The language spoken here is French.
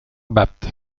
bapt